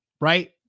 right